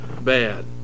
bad